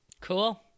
Cool